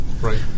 Right